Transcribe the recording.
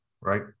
right